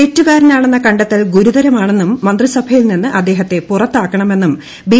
തെറ്റൂകാരനാണെന്ന കണ്ടെത്തൽ ഗുരുതരമാണെന്നും മന്ത്രിസ്റ്റ്ട്ട്യിൽ നിന്ന് അദ്ദേഹത്തെ പുറത്താക്കണമെന്നുംട് ബി